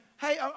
hey